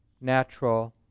natural